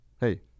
Hey